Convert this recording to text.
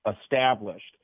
established